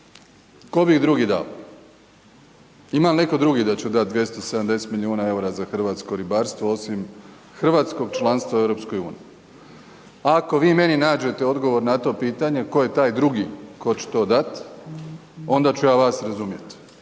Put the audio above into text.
bi ih drugi dao? Ima li netko drugi da će dati 270 milijuna EUR-a za hrvatsko ribarstvo osim hrvatskog članstva u EU? Ako vi meni nađete odgovor na to pitanje tko je taj drugi tko će da onda ću ja vas razumjeti,